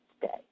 today